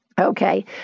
Okay